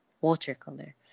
watercolor